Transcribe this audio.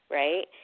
right